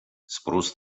спрос